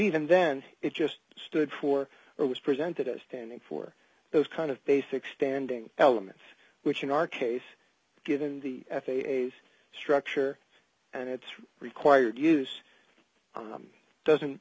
even then it just stood for or was presented as standing for those kind of basic standing elements which in our case d given the f a s structure and it's required use doesn't